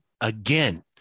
again